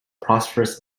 prosperous